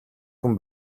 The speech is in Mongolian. хүн